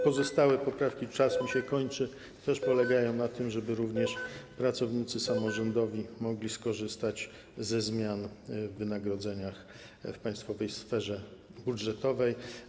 Pozostałe poprawki - czas mi się kończy - też polegają na tym, żeby również pracownicy samorządowi mogli skorzystać ze zmian w wynagrodzeniach w państwowej sferze budżetowej.